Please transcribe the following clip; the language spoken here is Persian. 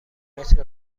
متر